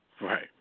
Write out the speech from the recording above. Right